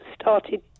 started